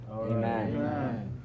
Amen